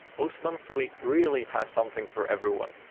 osu monthly really has something for everyone,